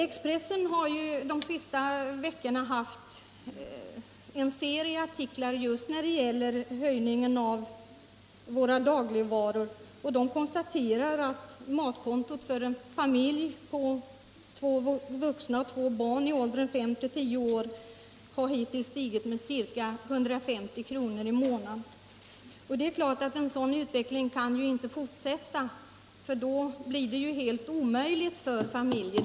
Expressen har ju de senaste veckorna haft en serie artiklar just om höjningen av priserna på våra dagligvaror, där man konstaterat att matkontot för en månad för en familj på två vuxna och två barn i åldern fem till tio år hittills i år har stigit med ca 150 kr. Det är klart att en sådan utveckling inte kan fortsätta, får då blir det helt omöjligt för familjerna.